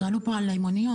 שאלו פה על מוניות.